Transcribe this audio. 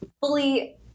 fully